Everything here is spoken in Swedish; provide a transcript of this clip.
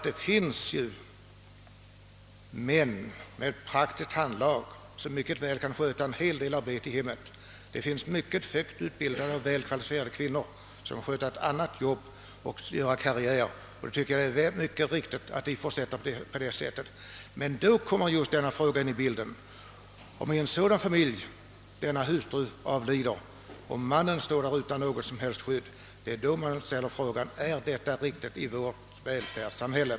Det finns ju män med ett praktiskt handlag som mycket väl kan klara en hel del sysslor i hemmet, och det finns mycket högt utbildade, väl kvalificerade kvinnor som kan sköta ett annat arbete och göra karriär. Det förefaller mig mycket riktigt att de får fortsätta på detta vis. Då kommer emellertid denna fråga in i bilden. Om hustrun i en sådan familj avlider, står mannen utan något som helst skydd. Är detta riktigt i vårt välfärdssamhälle?